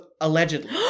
allegedly